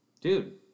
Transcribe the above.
Dude